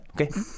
Okay